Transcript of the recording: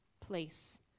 place